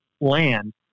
land